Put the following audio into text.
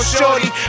shorty